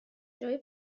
جای